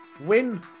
win